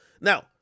Now